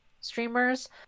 streamers